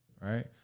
right